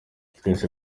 twese